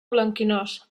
blanquinós